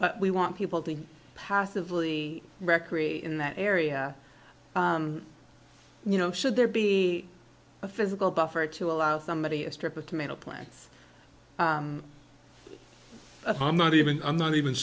p we want people to passively recreate in that area you know should there be a physical buffer to allow somebody a strip of tomato plants i'm not even i'm not even